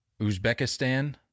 Uzbekistan